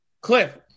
Cliff